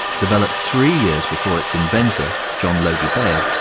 developed three years before its inventor, john logie baird,